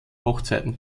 hochzeiten